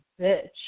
bitch